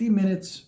minutes